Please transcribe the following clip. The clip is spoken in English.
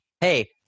Hey